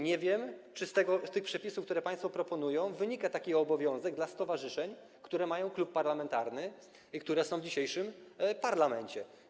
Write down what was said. Nie wiem, czy z tych przepisów, które państwo proponują, wynika taki obowiązek dla stowarzyszeń, które mają klub parlamentarny i które są w dzisiejszym parlamencie.